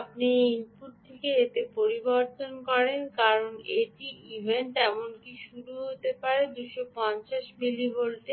আপনি এই ইনপুটটি এতে পরিবর্তন করেন কারণ এটি ইভেন্ট এমনকি শুরু হতে পারে 250 মিলি ভোল্ট